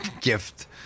gift